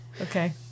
okay